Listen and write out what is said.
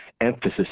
emphasis